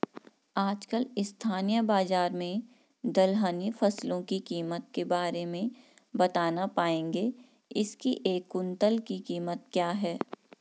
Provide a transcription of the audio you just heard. आजकल स्थानीय बाज़ार में दलहनी फसलों की कीमत के बारे में बताना पाएंगे इसकी एक कुन्तल की कीमत क्या है?